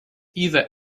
either